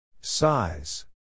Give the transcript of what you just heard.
Size